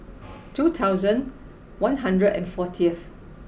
two thousand one hundred and fortieth